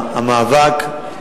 המאבק,